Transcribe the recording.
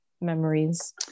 memories